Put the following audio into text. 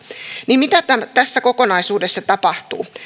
niin mitä tässä kokonaisuudessa tapahtuu